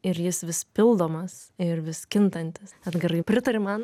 ir jis vis pildomas ir vis kintantis edgarai pritari man